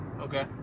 Okay